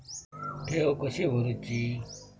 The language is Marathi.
ठेवी कशी भरूची?